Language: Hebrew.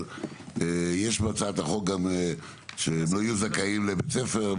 אבל בהצעת החוק מופיע גם שהם לא זכאים לבית ספר,